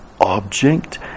object